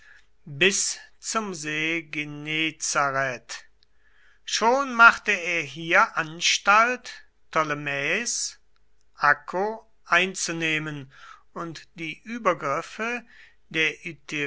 bis zum see genezareth schon machte er hier anstalt ptolemais acco einzunehmen und die übergriffe der